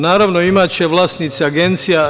Naravno, imaće vlasnici agencija.